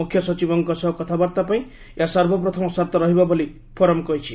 ମୁଖ୍ୟ ସଚିବଙ୍କ ସହ କଥାବାର୍ତ୍ତା ପାଇଁ ଏହା ସର୍ବପ୍ରଥମ ସର୍ଭ ରହିବ ବୋଲି ଫୋରମ୍ କହିଛି